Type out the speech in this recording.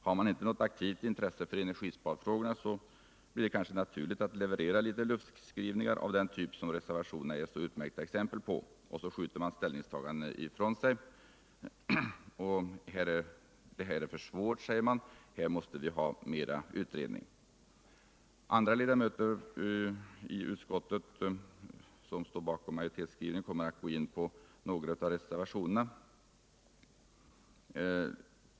Har man inte något aktivt intresse för energisparfrågorna, blir det kanske naturligt att leverera luftskrivningar av den typ som reservationerna är så utmärkta exempel på. Man skjuter ställningstagandena ifrån sig. Det här är för svårt. säger man, så vi borde ha haft ännu mer utredning. Andra utskottsledamöter som står bakom majoritetens skrivning kommer att behandla de övriga reservationerna.